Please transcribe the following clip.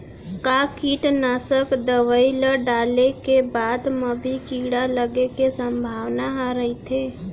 का कीटनाशक दवई ल डाले के बाद म भी कीड़ा लगे के संभावना ह रइथे?